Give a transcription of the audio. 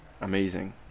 amazing